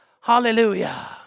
hallelujah